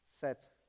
set